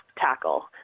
tackle